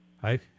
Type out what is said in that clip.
Hi